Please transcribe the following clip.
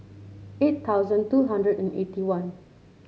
eight thousand two hundred and eighty one